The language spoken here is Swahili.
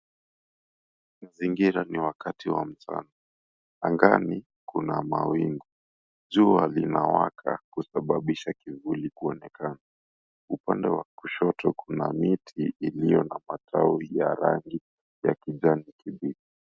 Mazingira ni wakati wa mchana angani kuna mawingu jua linawaka kusababisha kivuli kunekana, upande wa kushoto kuna miti iliyo na matawi ya rangi ya kijani kibichi.